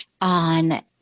on